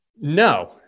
No